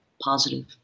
positive